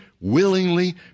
willingly